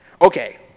Okay